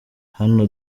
hano